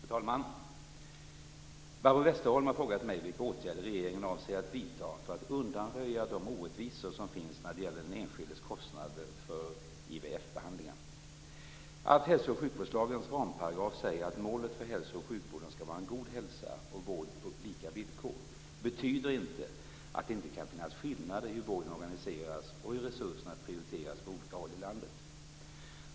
Fru talman! Barbro Westerholm har frågat mig vilka åtgärder regeringen avser att vidta för att undanröja de orättvisor som finns när det gäller den enskildes kostnader för IVF-behandlingar. Att hälso och sjukvårdslagens ramparagraf säger att målet för hälso och sjukvården skall vara en god hälsa och vård på lika villkor betyder inte att det inte kan finnas skillnader i hur vården organiseras och hur resurserna prioriteras på olika håll i landet.